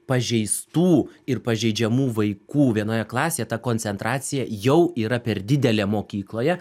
pažeistų ir pažeidžiamų vaikų vienoje klasėje ta koncentracija jau yra per didelė mokykloje